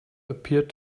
appeared